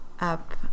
up